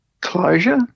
closure